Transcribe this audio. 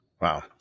Wow